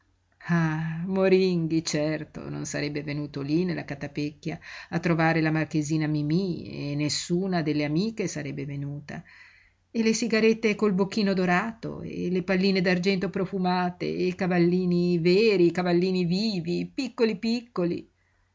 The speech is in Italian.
ah moringhi certo non sarebbe venuto lí nella catapecchia a trovare la marchesina mimí e nessuna delle amiche sarebbe venuta e le sigarette col bocchino dorato e le palline d'argento profumate e i cavallini veri i cavallini vivi piccoli piccoli